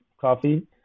coffee